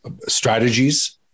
strategies